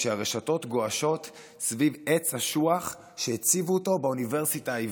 כשהרשתות גועשות סביב עץ אשוח שהציבו אותו באוניברסיטה העברית.